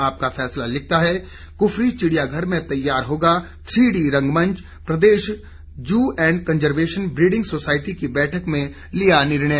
आपका फैसला लिखता है कुफरी चिड़िया घर में तैयार होगा थ्री डी रंगमंच प्रदेश zoo and conservation breeding society की बैठक में लिया निर्णय